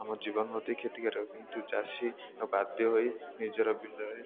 ଆମ ଜୀବନ ମଧ୍ୟ କ୍ଷତିକାରକ କିନ୍ତୁ ଚାଷୀ ବାଧ୍ୟ ହୋଇ ନିଜର ବିଲରେ